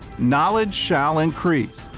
knowledge shall increase.